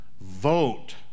Vote